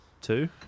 Two